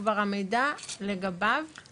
כבר המידע לגביו נמצא.